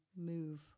move